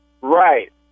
Right